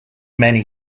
many